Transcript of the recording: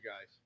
guys